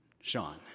Sean